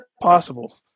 possible